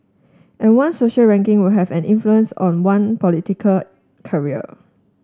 and one's social ranking will have an influence on one political career